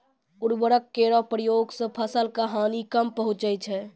उर्वरक केरो प्रयोग सें फसल क हानि कम पहुँचै छै